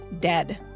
dead